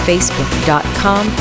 Facebook.com